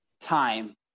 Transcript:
time